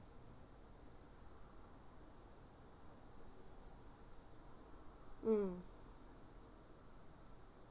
mm